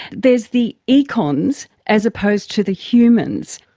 there's the econs as opposed to the humans.